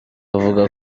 avuga